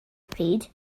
pryd